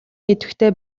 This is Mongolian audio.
идэвхтэй